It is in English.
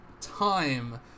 time